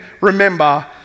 remember